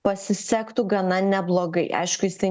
pasisektų gana neblogai aišku jis tai